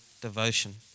devotion